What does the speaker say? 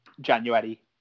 January